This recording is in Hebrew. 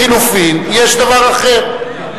יש דבר אחר.